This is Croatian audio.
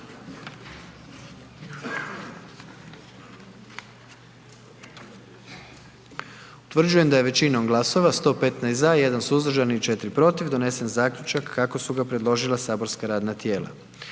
Utvrđujem da je većinom glasova 97 za, 19 suzdržanih donijet zaključak kako je predložilo matično saborsko radno tijelo.